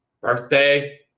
Birthday